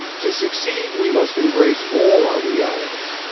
to succeed, we must embrace all our realities,